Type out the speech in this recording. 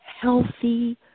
healthy